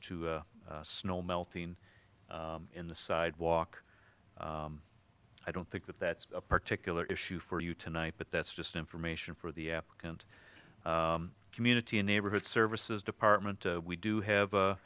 to snow melting in the sidewalk i don't think that that's a particular issue for you tonight but that's just information for the applicant community a neighborhood services department we do have